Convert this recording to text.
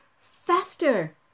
faster